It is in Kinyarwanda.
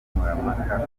nkemurampaka